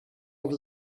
over